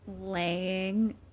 laying